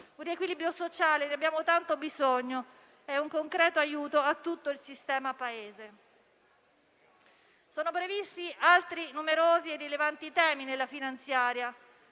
un riequilibrio sociale, del quale abbiamo tanto bisogno, e un concreto aiuto a tutto il sistema Paese. Sono previsti altri numerosi e rilevanti temi nella legge di